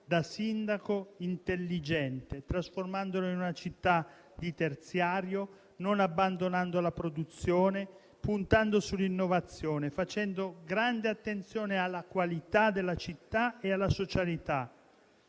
da sindaco intelligente, facendo di Sesto San Giovanni una città di terziario, non abbandonando la produzione, puntando sull'innovazione e facendo grande attenzione alla qualità della città e alla socialità.